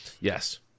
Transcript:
yes